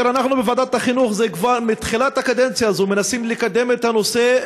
אנחנו בוועדת החינוך כבר מתחילת הקדנציה הזאת מנסים לקדם את הנושא,